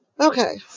okay